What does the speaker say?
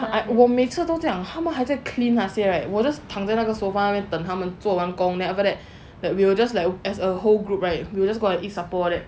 我每次都这样他们还在 clean 那些 right 我就躺在那个 sofa 等他们做完工 then after that but we will just like as a whole group right you just got to supper all that